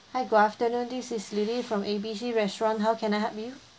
hi good afternoon this is lily from A B C restaurant how can I help you